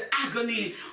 agony